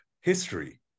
history